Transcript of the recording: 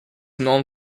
known